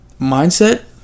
mindset